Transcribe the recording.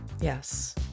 Yes